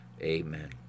Amen